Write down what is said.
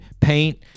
paint